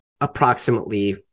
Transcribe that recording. approximately